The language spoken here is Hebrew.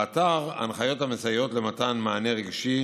באתר הנחיות המסייעות במתן מענה רגשי